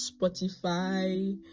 Spotify